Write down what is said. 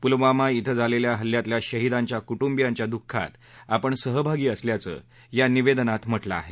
पुलवामा इथं झालेल्या हल्ल्यातल्या शहीदांच्या कुटुंबीयांच्या दुःखात आपण सहभागी असल्याचंही निवेदनात म्हटलं आहे